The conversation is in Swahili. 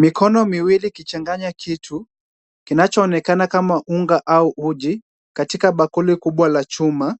Mikono miwili ikichanganya kitu kinachoonekana kama unga au uji katika bakuli kubwa la chuma,